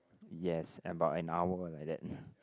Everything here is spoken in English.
yes about an hour like that